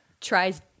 tries